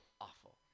Awful